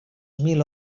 mil